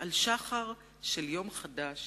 על שחר של יום חדש